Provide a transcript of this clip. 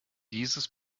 dieses